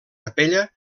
capella